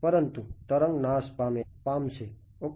પરતું તરંગ નાશ પામશે ઓકે